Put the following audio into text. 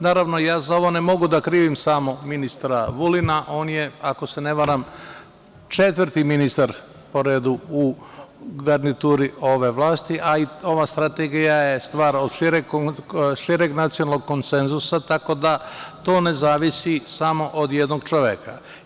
Naravno, za ovo ne mogu samo da krivim ministra Vulina, on je, ako se ne varam, četvrti ministar po redu u garnituri ove vlasti, a i ova strategija je od šireg nacionalnog konsenzusa, tako da, to ne zavisi samo od jednog čoveka.